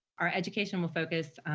our education will focus